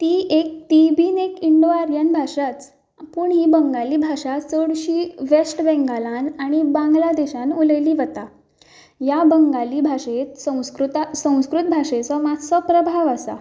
ती एक तीवूय बी एक इन्डो आर्यन भाशाच पूण ही बंगाली भाशा चडशी वेस्ट बेंगालांत आनी बांगला देशांत उलयल्ली वता ह्या बंगाली भाशेर संस्कृत भाशेचो मातसो प्रभाव आसा